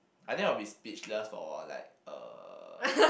I think I will be speechless for a while like uh